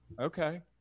okay